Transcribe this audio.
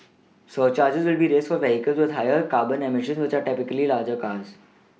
surcharges will be raised for vehicles with higher carbon eMissions which are typically larger cars